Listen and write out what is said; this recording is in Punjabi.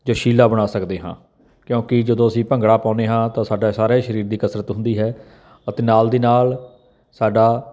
ਜੋਸ਼ੀਲਾ ਬਣਾ ਸਕਦੇ ਹਾਂ ਕਿਉਂਕਿ ਜਦੋਂ ਅਸੀਂ ਭੰਗੜਾ ਪਾਉਂਦੇ ਹਾਂ ਤਾਂ ਸਾਡਾ ਸਾਰੇ ਸਰੀਰ ਦੀ ਕਸਰਤ ਹੁੰਦੀ ਹੈ ਅਤੇ ਨਾਲ ਦੀ ਨਾਲ ਸਾਡਾ